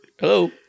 Hello